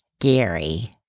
Gary